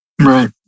Right